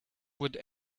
would